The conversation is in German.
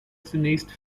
zunächst